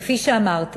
כפי שאמרתי